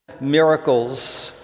miracles